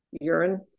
urine